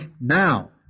now